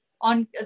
On